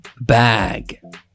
bag